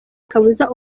kabuza